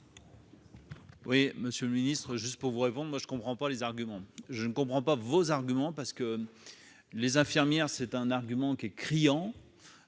Oui, Monsieur le Ministre juste vous vont moi je comprends pas les arguments, je ne comprends pas vos arguments, parce que les infirmières, c'est un argument qui est criant